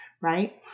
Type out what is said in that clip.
right